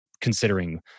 considering